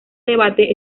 debate